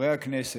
חברי הכנסת,